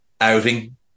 outing